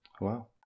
Wow